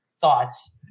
thoughts